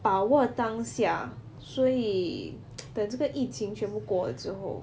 把握当下所以 等这个疫情全部过了之后